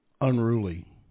unruly